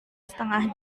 setengah